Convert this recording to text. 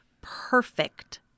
perfect